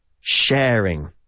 sharing